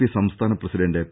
P സംസ്ഥാന president P